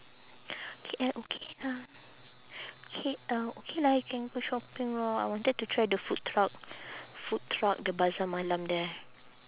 K_L okay lah K_L okay lah you can go shopping lor I wanted to try the food truck food truck the bazaar malam there